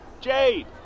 Jade